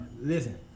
Listen